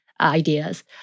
ideas